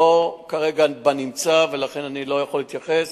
אין כרגע בנמצא, ולכן אני לא יכול להתייחס.